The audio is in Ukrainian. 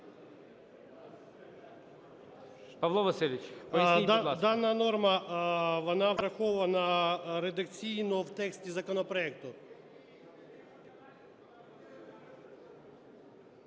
Дана норма, вона врахована редакційно в тексті законопроекту